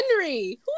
Henry